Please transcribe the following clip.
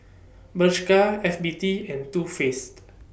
Bershka F B T and Too Faced